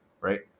Right